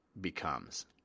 becomes